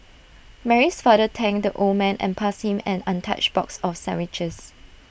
Mary's father thanked the old man and passed him an untouched box of sandwiches